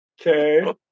Okay